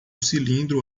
cilindro